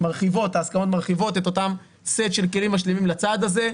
ההסכמות מרחיבות את אותו סט של כלים משלימים לצעד הזה.